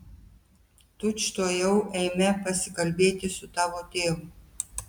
tučtuojau eime pasikalbėti su tavo tėvu